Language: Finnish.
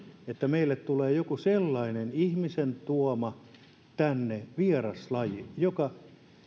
että meille tulee tänne joku sellainen ihmisen tuoma vieraslaji joka